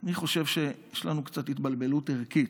אני חושב שיש לנו קצת התבלבלות ערכית.